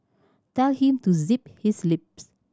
tell him to zip his lips